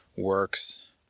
Works